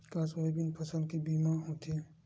का सोयाबीन फसल के बीमा होथे?